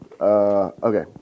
Okay